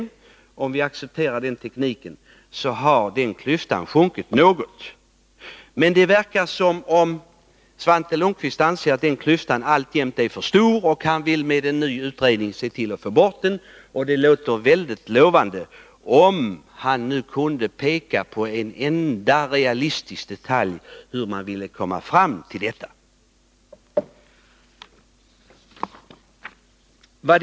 Om man alltså accepterar tekniken har klyftan minskat något. Men det verkar som om Svante Lundkvist anser att denna klyfta alltjämt är för stor, och han vill med en ny utredning se till att få bort den helt. Det låter mycket lovande — men han borde kunna peka på en enda realistisk detalj som gör att man kan komma fram till målet att få bort klyftan.